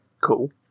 cool